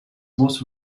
most